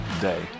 day